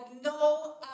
no